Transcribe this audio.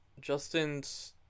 Justin's